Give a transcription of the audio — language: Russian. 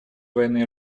военные